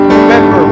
remember